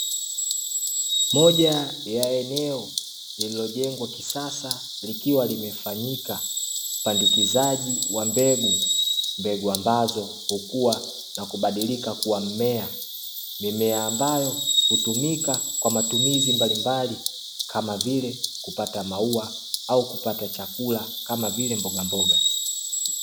Moja ya eneo lililojengwa kisasa likiwa limefanyika upandikizaji wa mbegu, mbegu ambazo hukua na kubadilika kua mmea, mimea ambayo hutumika kwa matumizi mbalimbali kama vile kupata maua au kupata chakula kama vile mboga mboga.